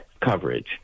coverage